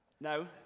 No